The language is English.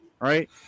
right